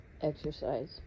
exercise